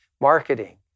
marketing